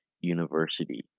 University